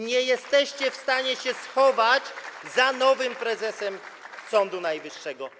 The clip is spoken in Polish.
Nie jesteście w stanie się schować za nowym prezesem Sądu Najwyższego.